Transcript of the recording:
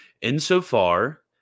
Insofar